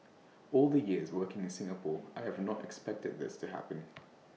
all the years working in Singapore I have not expected this to happen